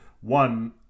one